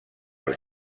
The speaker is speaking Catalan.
els